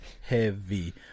heavy